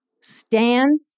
Stand